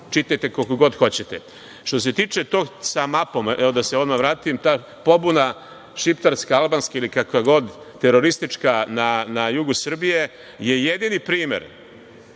Čitajte koliko god hoćete. Što se tiče tog sa mapom, da se odmah vratim, ta pobuna šiptarska, albanska ili kakva god teroristička na jugu Srbije je jedini primer